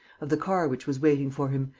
of the car which was waiting for him,